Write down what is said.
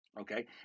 Okay